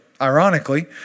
Ironically